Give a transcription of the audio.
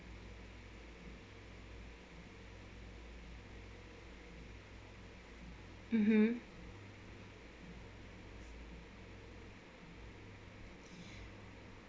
mmhmm